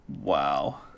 Wow